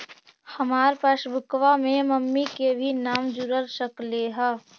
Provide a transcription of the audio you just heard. हमार पासबुकवा में मम्मी के भी नाम जुर सकलेहा?